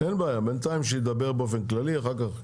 אין בעיה, בינתיים שידבר באופן כללי, אחר כן.